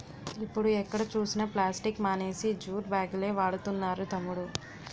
ఇప్పుడు ఎక్కడ చూసినా ప్లాస్టిక్ మానేసి జూట్ బాగులే వాడుతున్నారు తమ్ముడూ